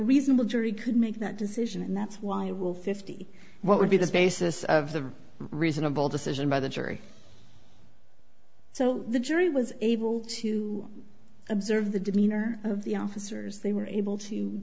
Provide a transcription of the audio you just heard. reasonable jury could make that decision and that's why i will fifty what would be the basis of the reasonable decision by the jury so the jury was able to observe the demeanor of the officers they were able to